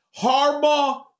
Harbaugh